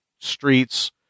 streets